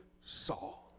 Saul